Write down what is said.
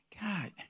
God